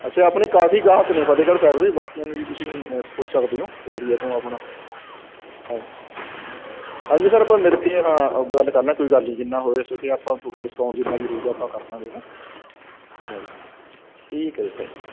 ਅੱਛਾ ਆਪਣੇ ਕਾਫੀ ਗਾਹਕ ਨੇ ਫਤਿਹਗੜ੍ਹ ਸਾਹਿਬ ਦੇ ਬਾਕੀਆਂ ਨੂੰ ਵੀ ਤੁਸੀਂ ਪੁੱਛ ਸਕਦੇ ਹੋ ਅਤੇ ਏਰੀਏ ਤੋਂ ਆਪਣਾ ਹਾਂਜੀ ਸਰ ਆਪਾਂ ਮਿਲ ਕੇ ਹਾਂ ਗੱਲ ਕਰਲਾਂਗੇ ਕੋਈ ਗੱਲ ਨਹੀਂ ਜਿੰਨਾ ਹੋ ਸਕਿਆ ਆਪਾਂ ਤੁਹਾਡਾ ਡਿਸਕਾਊਂਟ ਜਿੰਨਾਂ ਵੀ ਹੋਵੇਗਾ ਆਪਾਂ ਕਰਦਾਂਗੇ ਹੈ ਨਾ ਜਿੰਨਾ ਵੀ ਹੋਇਆ ਠੀਕ ਹੈ ਥੈਂਕ ਯੂ